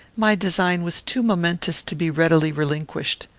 my design was too momentous to be readily relinquished.